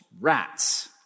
rats